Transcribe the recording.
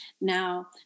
Now